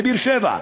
בבאר-שבע.